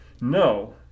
No